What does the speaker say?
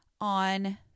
on